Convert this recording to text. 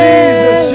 Jesus